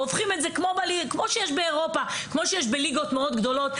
גם אירופה זה קיים בליגות מאוד גדולות.